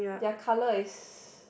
their colour is